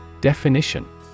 Definition